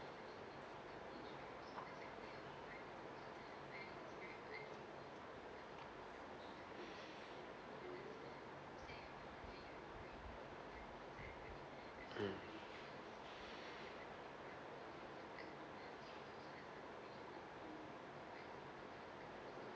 mm